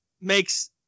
makes